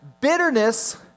Bitterness